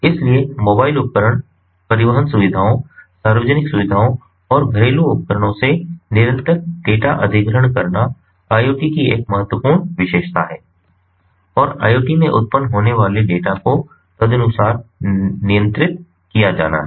इसलिए मोबाइल उपकरण परिवहन सुविधाओं सार्वजनिक सुविधाओं और घरेलू उपकरणों से निरंतर डेटा अधिग्रहण करना IoT की एक महत्वपूर्ण विशेषता है और IoT में उत्पन्न होने वाले डेटा को तदनुसार नियंत्रित किया जाना है